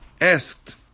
asked